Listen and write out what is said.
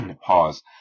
pause